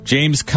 James